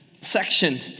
section